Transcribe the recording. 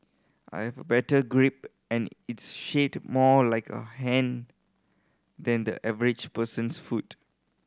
I've better grip and it's shaped more like a hand than the average person's foot